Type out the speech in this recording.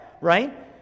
right